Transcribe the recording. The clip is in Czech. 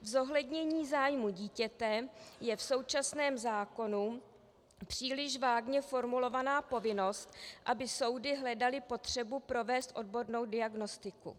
Zohlednění zájmu dítěte je v současném zákoně příliš vágně formulovaná povinnost, aby soudy hledaly potřebu provést odbornou diagnostiku.